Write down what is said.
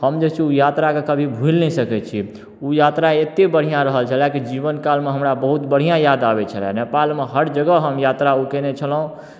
हम जे छै ओहि यात्राके कभी भुलि नहि सकै छी ओ यात्रा एतेक बढ़िआँ रहल छलै कि जीवन कालमे हमरा बहुत बढ़िआँ याद आबै छलय नेपालमे हर जगह हम यात्रा ओ कयने छलहुँ